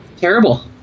terrible